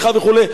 עשרות עובדים,